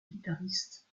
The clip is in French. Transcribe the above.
guitariste